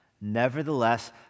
Nevertheless